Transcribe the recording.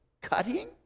Cutting